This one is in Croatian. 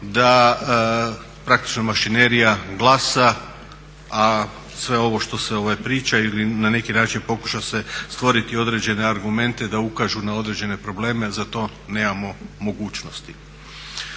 da praktično mašinerija glasa, a sve ovo što se priča ili na neki način pokuša se stvoriti određene argumente da ukažu na određene probleme za to nemamo mogućnosti.